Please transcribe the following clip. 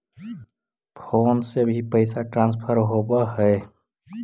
Phone से भी पैसा ट्रांसफर होवहै?